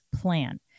plan